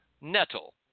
nettle